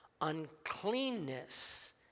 uncleanness